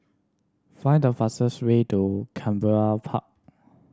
find the fastest way to Canberra Park